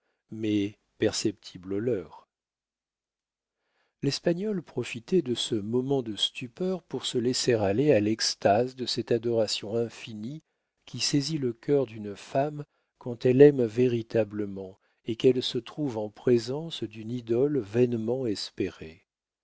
mais perceptibles aux leurs l'espagnole profitait de ce moment de stupeur pour se laisser aller à l'extase de cette adoration infinie qui saisit le cœur d'une femme quand elle aime véritablement et qu'elle se trouve en présence d'une idole vainement espérée